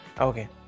okay